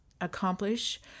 accomplish